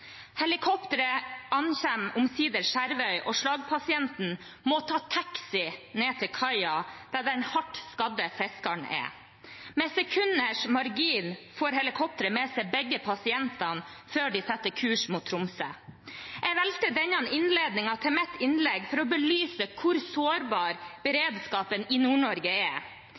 Helikopteret ankommer omsider Skjervøy, og slagpasienten må ta taxi ned til kaia der den hardt skadede fiskeren er. Med sekunders margin får helikopteret med seg begge pasientene før det setter kursen mot Tromsø. Jeg valgte denne innledningen på mitt innlegg for å belyse hvor sårbar beredskapen i Nord-Norge er.